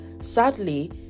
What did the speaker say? sadly